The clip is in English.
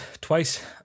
twice